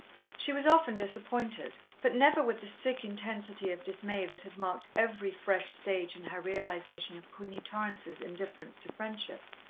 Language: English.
she was often disappointed, but never with the sick intensity of dismay that had marked every fresh stage in her realization of queenie torrance's indifference to friendship.